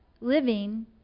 living